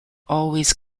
always